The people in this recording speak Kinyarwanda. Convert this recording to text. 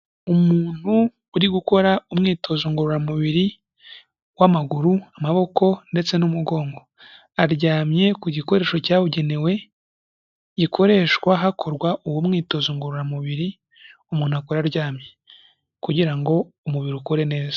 Umuntu uri gukora umwitozo ngororamubiri w'amaguru, amaboko ndetse n'umugongo. Aryamye ku gikoresho cyabugenewe gikoreshwa hakorwa uwo umwitozo ngororamubiri, umuntu akora aryamye kugira ngo umubiri ukore neza.